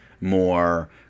more